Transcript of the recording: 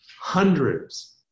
hundreds